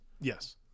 Yes